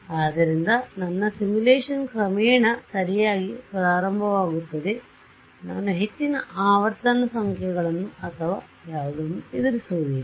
ಆದ್ದರಿಂದ ನನ್ನ ಸಿಮ್ಯುಲೇಶನ್ ಕ್ರಮೇಣ ಸರಿಯಾಗಿ ಪ್ರಾರಂಭವಾಗುತ್ತದೆ ನಾನು ಹೆಚ್ಚಿನ ಆವರ್ತನ ಸಂಖ್ಯೆಗಳನ್ನು ಅಥವಾ ಯಾವುದನ್ನು ಎದುರಿಸುವುದಿಲ್ಲ